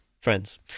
friends